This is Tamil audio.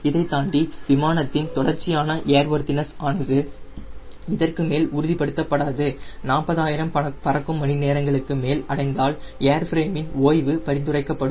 இதைத்தாண்டி விமானத்தின் தொடர்ச்சியான ஏர்வொர்த்தினஸ் ஆனது இதற்குமேல் உறுதிப்படுத்தப்படாது 40000 பறக்கும் மணிநேரங்களுக்கு மேல் அடைந்தால் ஏர்ஃபிரேமின் ஓய்வு பரிந்துரைக்கப்படும்